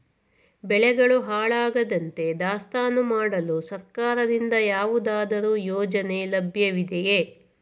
ಬೆಳೆಗಳು ಹಾಳಾಗದಂತೆ ದಾಸ್ತಾನು ಮಾಡಲು ಸರ್ಕಾರದಿಂದ ಯಾವುದಾದರು ಯೋಜನೆ ಲಭ್ಯವಿದೆಯೇ?